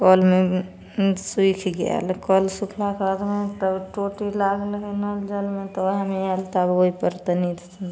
कऽल सुखि गेल कऽल सुखलाके बाद तब टोटी लागल हइ नल जलमे तऽ ओहए मे ऐल तब ओइ पर तनि